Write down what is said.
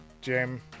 Jim